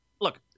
look